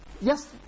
yes